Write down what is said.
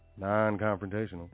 Non-confrontational